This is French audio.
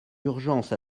urgence